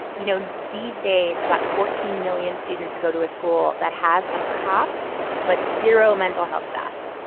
you know, these days, about fourteen million students go to a school that has a cop but zero mental health staff